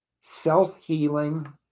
self-healing